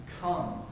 Come